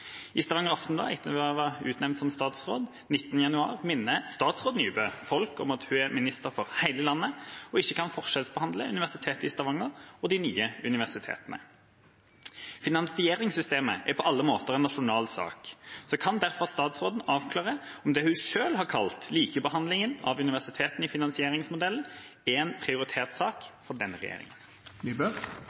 I Stavanger Aftenblad» – etter at hun var utnevnt som statsråd – «19. januar minner statsråd Iselin Nybø folk om at hun er minister for hele landet og ikke kan forskjellsbehandle Universitetet i Stavanger og de nye universitetene. Finansieringssystemet er på alle måter en nasjonal sak. Kan så statsråden avklare om det hun selv har kalt «likebehandling av universitetene i finansieringsmodellen», er en prioritert sak for denne regjeringen?»